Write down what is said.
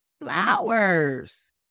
flowers